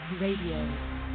Radio